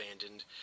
abandoned